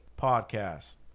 podcast